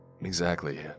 Exactly